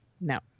no